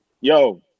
Yo